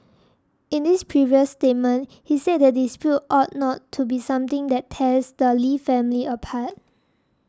in this previous statement he said the dispute ought not to be something that tears the Lee family apart